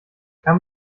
kann